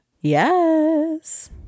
Yes